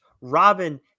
Robin